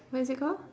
what is it call